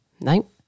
Nope